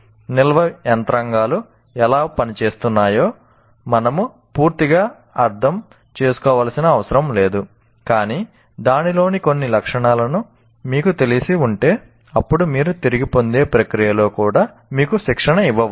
నిల్వ యంత్రాంగాలు ఎలా పనిచేస్తాయో మనము పూర్తిగా అర్థం చేసుకోవలసిన అవసరం లేదు కానీ దానిలోని కొన్ని లక్షణాలతో మీకు తెలిసి ఉంటే అప్పుడు మీరు తిరిగి పొందే ప్రక్రియలో కూడా మీకు శిక్షణ ఇవ్వవచ్చు